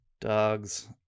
Dogs